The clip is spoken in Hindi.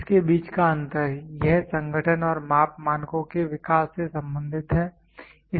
इसके बीच का अंतर यह संगठन और माप मानकों के विकास से संबंधित है